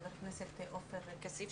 חבר הכנסת עופר כסיף,